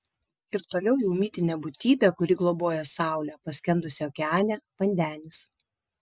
ir toliau jau mitinė būtybė kuri globoja saulę paskendusią okeane vandenis